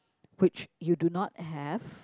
which you do not have